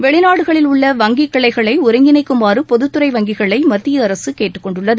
வெளிநாடுகளில் உள்ள வங்கிக் கிளைகளை ஒருங்கிணைக்குமாறு பொதுத்துறை வங்கிகளை மத்திய அரசு கேட்டுக்கொண்டுள்ளது